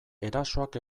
erasoak